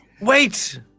Wait